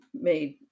made